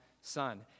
son